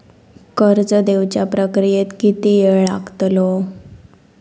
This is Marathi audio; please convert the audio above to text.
कर्ज देवच्या प्रक्रियेत किती येळ लागतलो?